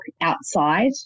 outside